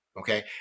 Okay